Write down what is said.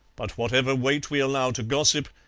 but whatever weight we allow to gossip,